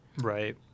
right